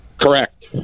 Correct